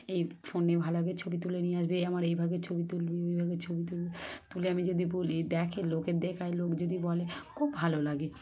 এই ফোনে ভালো আগে ছবি তুলে নিয়ে আসবি এই আমার এই ভাগের ছবি তুলবি ওই ভাগের ছবি তুলবি তুলে আমি যদি বলি দেখে লোকের দেখাই লোক যদি বলে খুব ভালো লাগে